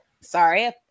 Sorry